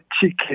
chicken